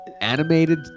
animated